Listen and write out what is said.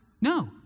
No